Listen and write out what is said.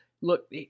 look